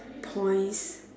points